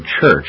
church